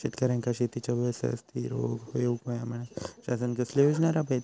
शेतकऱ्यांका शेतीच्या व्यवसायात स्थिर होवुक येऊक होया म्हणान शासन कसले योजना राबयता?